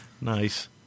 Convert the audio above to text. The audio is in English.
Nice